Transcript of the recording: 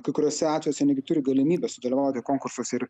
kai kuriuose atvejuose netgi turi galimybę sudalyvauti konkursuose ir